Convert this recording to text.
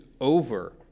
over